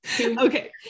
Okay